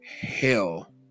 hell